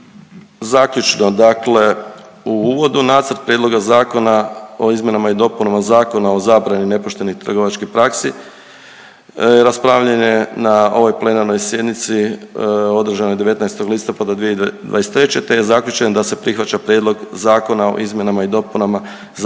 Zaključno, dakle u uvodu Nacrt prijedloga zakona o izmjenama i dopunama Zakona o zabrani nepoštenih trgovačkih praksi raspravljen je na ovoj plenarnoj sjednici održanoj 19. listopada 2023. te je zaključeno da prihvaća Prijedlog zakona o izmjenama i dopunama Zakona